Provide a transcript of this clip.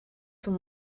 son